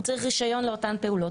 הוא צריך רישיון לאותן פעולות.